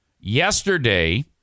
yesterday